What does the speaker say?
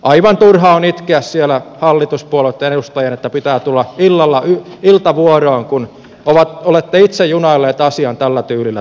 aivan turha on itkeä siellä hallituspuolueitten edustajien että pitää tulla iltavuoroon kun olette itse junailleet asian tällä tyylillä tänne näin